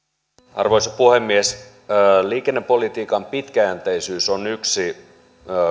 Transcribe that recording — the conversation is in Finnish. arvoisa puhemies liikennepolitiikan pitkäjänteisyys on yksi